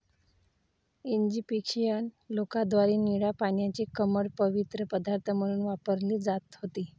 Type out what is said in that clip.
Egyptian लोकांद्वारे निळ्या पाण्याची कमळ पवित्र पदार्थ म्हणून वापरली जात होती